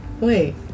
wait